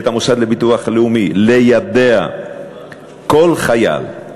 את המוסד לביטוח לאומי להודיע לכל חייל את חובותיו.